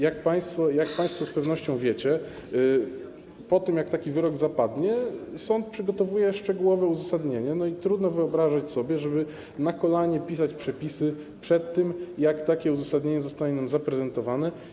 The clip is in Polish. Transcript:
Jak państwo z pewnością wiecie, po tym, jak taki wyrok zapadnie, sąd przygotowuje szczegółowe uzasadnienie i trudno wyobrażać sobie, żeby na kolanie pisać przepisy, zanim takie uzasadnienie zostanie nam zaprezentowane.